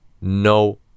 no